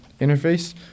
interface